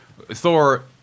Thor